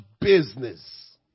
business